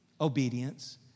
obedience